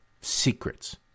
secrets